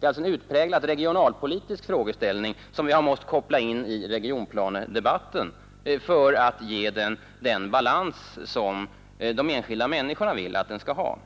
Det är alltså en utpräglat regionalpolitisk frågeställning som vi har måst koppla in i regionplanedebatten för att denna skall få den balans som de enskilda människorna vill att den skall ha.